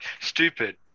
stupid